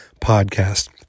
podcast